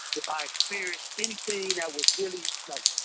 if i experienced anything that was really, like,